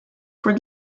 for